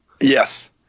Yes